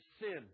sin